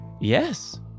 Yes